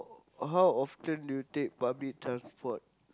how often do you take public transport